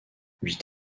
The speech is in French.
huit